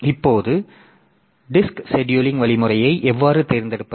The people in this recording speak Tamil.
இப்போது டிஸ்க் செடியூலிங் வழிமுறையை எவ்வாறு தேர்ந்தெடுப்பது